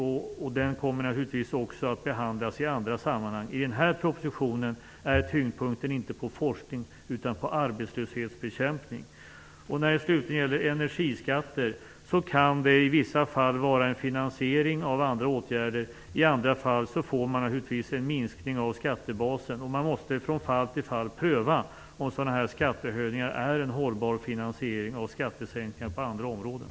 Den kommer naturligtvis också att behandlas i andra sammanhang. I den här propositionen ligger tyngdpunkten inte på forskning utan på arbetslöshetsbekämpning. När det gäller energiskatterna kan det i vissa fall handla om en finansiering av andra åtgärder. I andra fall får man naturligtvis en minskning av skattebasen. Man måste från fall till fall pröva om sådana här skattehöjningar är en hållbar finansiering av skattesänkningar på andra områden.